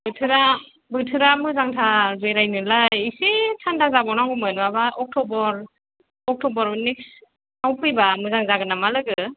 बोथोरा बोथोरा मोजांथार बेरायनोलाय एसे थान्दा जाबावनांगौमोन माबा अक्ट'बर अक्ट'बर नेक्स्त विक आव फैबा मोजां जागोन नामा लोगो